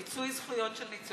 מיצוי זכויות של ניצולי שואה.